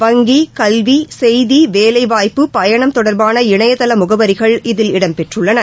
வங்கி கல்வி செய்தி வேலைவாய்ப்பு பயணம் தொடர்பான இணையதளமுகவரிகள் இதில் இடம்பெற்றுள்ளன